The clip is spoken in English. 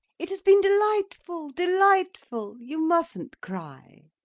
it has been delightful, delightful. you mustn't cry.